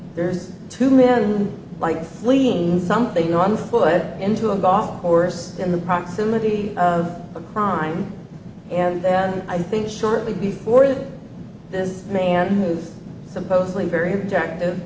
there's two men like lean something on foot into a bar chorus in the proximity of a crime and then i think shortly before that this man who's supposedly very objective